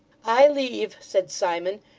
i leave said simon,